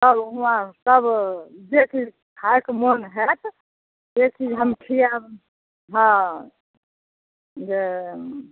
चलु हुआँ सब जे चीज खाइके मोन हैत से चीज हम खिआएब हँ जे